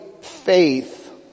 faith